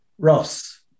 Ross